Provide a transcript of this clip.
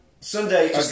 Sunday